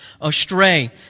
astray